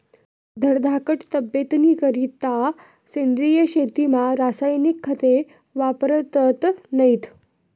धडधाकट तब्येतनीकरता सेंद्रिय शेतीमा रासायनिक खते वापरतत नैत